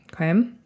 Okay